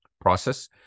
process